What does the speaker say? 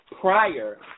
prior